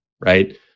right